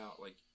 like-